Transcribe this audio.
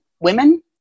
women